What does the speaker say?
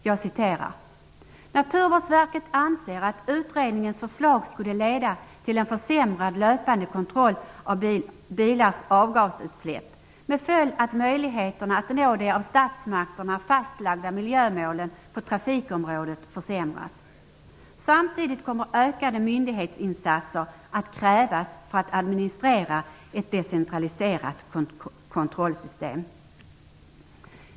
Jag citerar: ''Naturvårdsverket anser att utredningens förslag skulle leda till en försämrad löpande kontroll av bilars avgasutsläpp med följd att möjligheterna att nå de av statsmakterna fastlagda miljömålen på trafikområdet försämras. Samtidigt kommer ökade myndighetsinsatser att krävas för att administrera ett decentraliserat kontrollsystem.